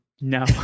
no